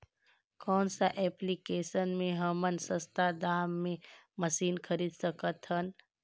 कौन सा एप्लिकेशन मे हमन सस्ता दाम मे मशीन खरीद सकत हन?